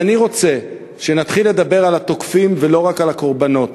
אז אני רוצה שנתחיל לדבר על התוקפים ולא רק על הקורבנות.